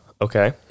okay